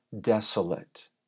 Desolate